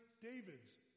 David's